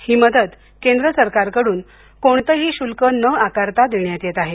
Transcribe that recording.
ही मदत केंद्र सरकारकडून कोणतंही शुल्क न आकारता देण्यात येत आहे